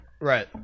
Right